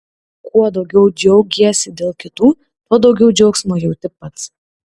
kuo daugiau džiaugiesi dėl kitų tuo daugiau džiaugsmo jauti pats